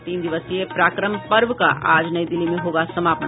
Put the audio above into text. और तीन दिवसीय पराक्रम पर्व का आज नई दिल्ली में होगा समापन